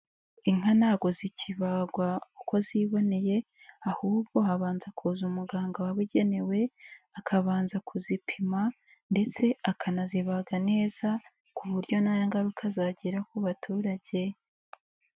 Inka ntago zikibagwa uko ziboneye ahubwo habanza kuza umuganga wabigenewe akabanza kuzipima ndetse akanazibaga neza ku buryo nta ngaruka zagira ku baturage.